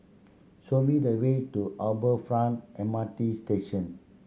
show me the way to Harbour Front M R T Station